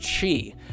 chi